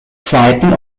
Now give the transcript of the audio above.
zweiten